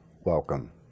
welcome